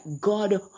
God